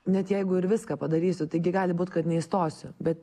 net jeigu ir viską padarysiu taigi gali būt kad neįstosiu bet